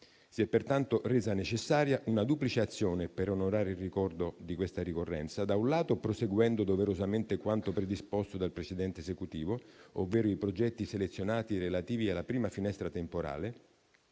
Si è pertanto resa necessaria una duplice azione per onorare il ricordo di questa ricorrenza, da un lato proseguendo doverosamente quanto predisposto dal precedente Esecutivo, ovvero i progetti selezionati relativi alla prima finestra temporale,